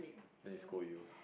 then he scold you